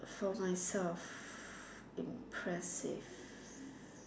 for myself impressive